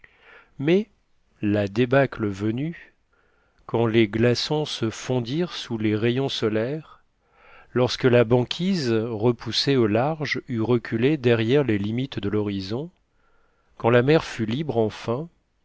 mais la débâcle venue quand les glaçons se fondirent sous les rayons solaires lorsque la banquise repoussée au large eut reculé derrière les limites de l'horizon quand la mer fut libre enfin